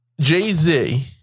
Jay-Z